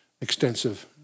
extensive